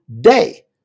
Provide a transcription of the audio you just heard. day